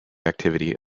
activity